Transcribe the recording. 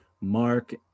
Mark